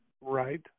Right